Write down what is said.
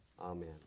amen